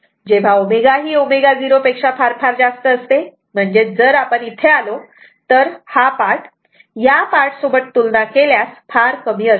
जेव्हा ω ही ω0 पेक्षा फार फार जास्त असते म्हणजेच जर आपण इथे आलो तर हा पार्ट या पार्ट सोबत तुलना केल्यास फार कमी असतो